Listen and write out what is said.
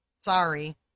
sorry